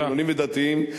חילונים ודתיים,